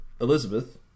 Elizabeth